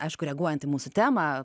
aišku reaguojant į mūsų temą